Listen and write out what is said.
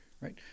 right